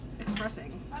expressing